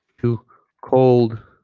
to cold